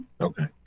Okay